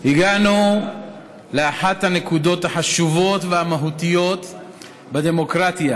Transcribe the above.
הגענו לאחת הנקודות החשובות והמהותיות בדמוקרטיה,